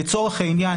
לצורך העניין,